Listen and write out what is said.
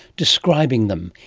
describing them,